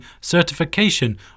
certification